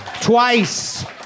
twice